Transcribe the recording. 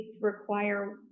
require